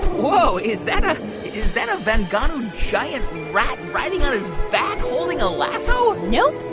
whoa, is that a is that a vangunu giant rat riding on his back, holding a lasso? nope,